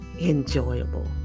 enjoyable